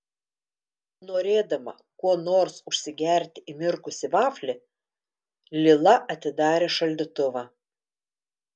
norėdama kuo nors užsigerti įmirkusį vaflį lila atidarė šaldytuvą